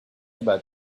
about